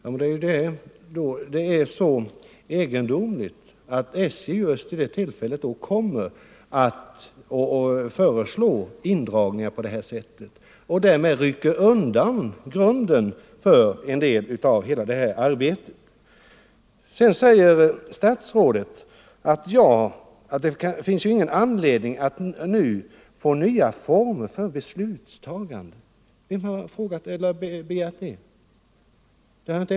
Ja, men det är just därför som det är så egendomligt att SJ vid det tillfället kommer och föreslår indragningar på detta sätt och därmed rycker undan grunden för en del av hela arbetet. Sedan säger statsrådet att det inte finns någon anledning att nu få nya former för beslutstagandet. Vem har begärt det?